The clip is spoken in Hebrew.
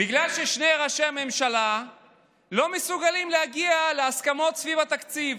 בגלל ששני ראשי הממשלה לא מסוגלים להגיע להסכמות סביב התקציב.